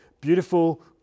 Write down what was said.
Beautiful